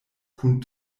kun